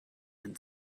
and